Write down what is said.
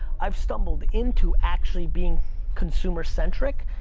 i've stumbled into actually being consumer-centric,